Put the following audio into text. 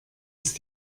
ist